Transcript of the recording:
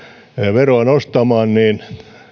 veroa nostamaan niin